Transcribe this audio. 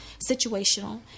situational